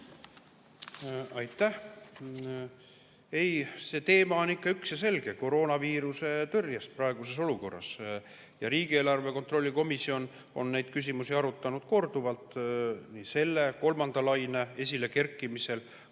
Aitäh! Ei, see teema on ikka üks ja selge: koroonaviiruse tõrjest praeguses olukorras. Riigieelarve kontrolli komisjon on neid küsimusi arutanud korduvalt pärast kolmanda laine esilekerkimist,